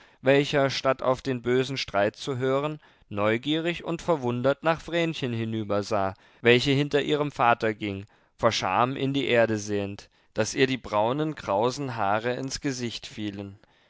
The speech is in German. welcher statt auf den bösen streit zu hören neugierig und verwundert nach vrenchen hinübersah welche hinter ihrem vater ging vor scham in die erde sehend daß ihr die braunen krausen haare ins gesicht fielen